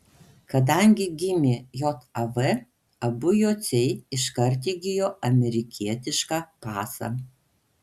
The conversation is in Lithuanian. kadangi gimė jav abu jociai iškart įgijo amerikietišką pasą